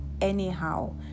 anyhow